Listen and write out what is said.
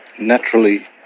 naturally